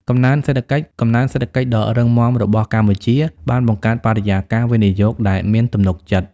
កំណើនសេដ្ឋកិច្ច កំណើនសេដ្ឋកិច្ចដ៏រឹងមាំរបស់កម្ពុជាបានបង្កើតបរិយាកាសវិនិយោគដែលមានទំនុកចិត្ត។